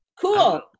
Cool